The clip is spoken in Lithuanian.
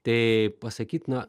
tai pasakytina